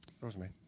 Rosemary